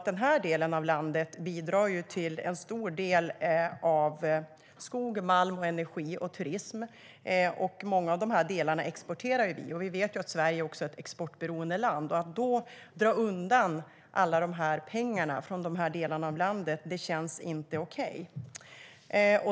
Denna del av landet bidrar också till en stor del av skog, malm, energi och turism. Mycket av detta exporterar vi, och vi vet att Sverige är ett exportberoende land. Att då dra undan alla dessa pengar från dessa delar av landet känns inte okej.